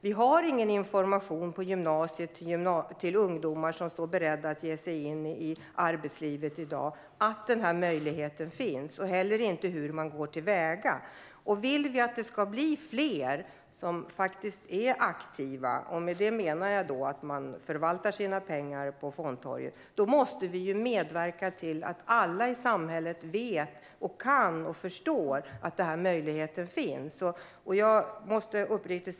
Vi har i dag ingen information på gymnasiet till ungdomar som står beredda att ge sig in arbetslivet om att denna möjlighet finns. Det finns inte heller någon information om hur man går till väga. Om vi vill att det ska bli fler som är aktiva - och med det menar jag att man förvaltar sina pengar på fondtorget - måste vi medverka till att alla i samhället vet och förstår att denna möjlighet finns och att de kan utnyttja den.